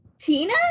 Tina